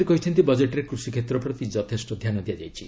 ସେ କହିଛନ୍ତି ବଜେଟ୍ରେ କୃଷିକ୍ଷେତ୍ର ପ୍ରତି ଯଥେଷ୍ଟ ଧ୍ୟାନ ଦିଆଯାଇଛି